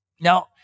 Now